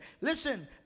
Listen